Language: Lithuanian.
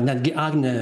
netgi agnė